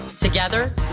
Together